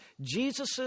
Jesus